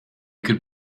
could